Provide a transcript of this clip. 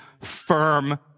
firm